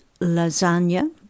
lasagna